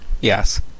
Yes